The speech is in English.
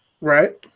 Right